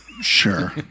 Sure